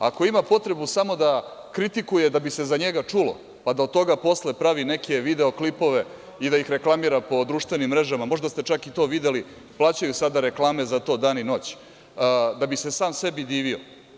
Ako ima potrebu samo da kritikuje da bi se za njega čulo, pa da od toga posle pravi neke video klipove i da ih reklamira po društvenim mrežama, možda ste to čak i videli, plaćaju sada reklame dan i noć, da bi se sam sebi divio.